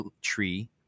tree